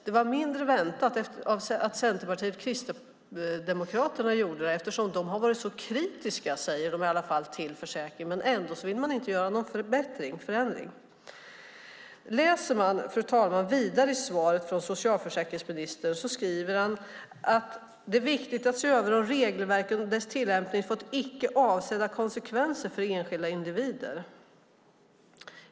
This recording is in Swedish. Det var mindre väntat att Centerpartiet och Kristdemokraterna röstade nej eftersom de har varit så kritiska till försäkringen. Det säger de i alla fall, men de vill ändå inte göra någon förändring. Fru talman! Om man läser vidare i svaret från socialförsäkringsministern skriver han att det är viktigt se över om regelverken och deras tillämpning har fått icke avsedda konsekvenser för enskilda individer.